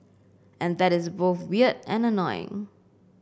and that's both weird and annoying